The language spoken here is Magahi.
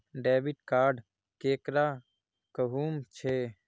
डेबिट कार्ड केकरा कहुम छे?